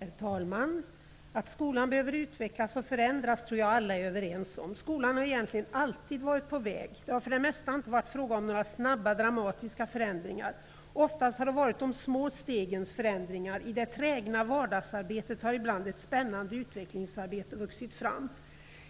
Herr talman! Att skolan behöver utvecklas och förändras tror jag att alla är överens om. Skolan har egentligen alltid varit på väg. Det har för det mesta inte varit fråga om några snabba, dramatiska förändringar. Oftast har det varit de små stegens förändringar. I det trägna vardagsarbetet har ibland ett spännande utvecklingsarbete vuxit fram.